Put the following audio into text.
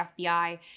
FBI